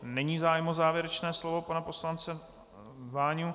Není zájem o závěrečné slovo pana poslance Váni.